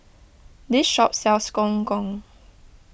this shop sells Gong Gong